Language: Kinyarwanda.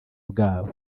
bwabo